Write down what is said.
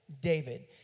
David